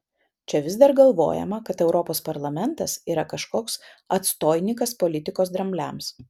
čia vis dar galvojama kad europos parlamentas yra kažkoks atstoinikas politikos drambliams